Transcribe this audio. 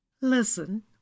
listen